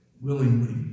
willingly